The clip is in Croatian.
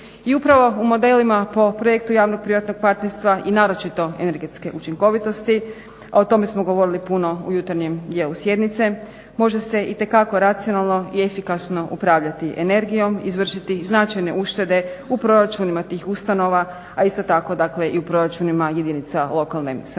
I upravo u modelima po projektu javnog privatnog partnerstva i naročito energetske učinkovitosti, o tome smo govorili puno u jutarnjem dijelu sjednice može se itekako racionalno i efikasno upravljati energijom, izvršiti značajne uštede u proračunima tih ustanova, a isto tako dakle i u proračunima jedinica lokalne samouprave